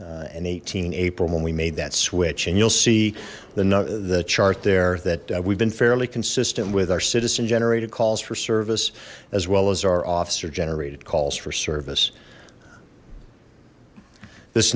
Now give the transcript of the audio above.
and eighteen april when we made that switch and you'll see another that we've been fairly consistent with our citizen generated calls for service as well as our officer generated calls for service this